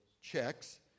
checks